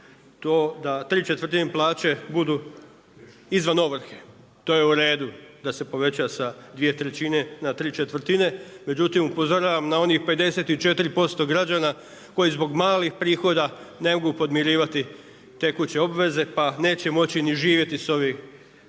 to da tri četvrtine plaće budu izvan ovrhe. To je uredu da se poveća sa dvije trećine na tri četvrtine, međutim upozoravam na onih 54% građana koji zbog malih prihoda ne mogu podmirivati tekuće obveze pa neće moći ni živjeti s ovih tri